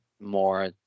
more